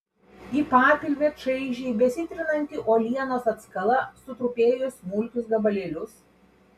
į papilvę čaižiai besitrinanti uolienos atskala sutrupėjo į smulkius gabalėlius